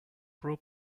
pro